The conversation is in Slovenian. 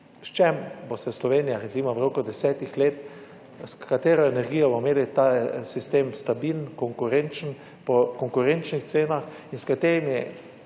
s čim bo se Slovenija recimo v roku desetih let, s katero energijo bomo imeli ta sistem stabilen, konkurenčen, po konkurenčnih cenah in s katerimi